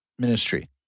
ministry